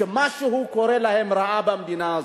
שקורה להם משהו רע במדינה הזו.